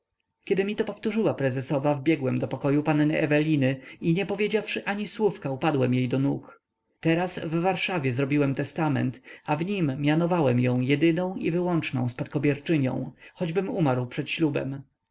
kiedy mi to powtórzyła prezesowa wbiegłem do pokoju panny eweliny i nie powiedziawszy ani słówka upadłem jej do nóg teraz w warszawie zrobiłem testament a w nim mianowałem ją jedyną i wyłączną spadkobierczynią choćbym umarł przed ślubem